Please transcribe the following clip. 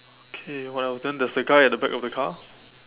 okay what else then there's a guy at the back of the car